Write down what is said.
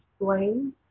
blame